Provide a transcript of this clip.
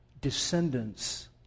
descendants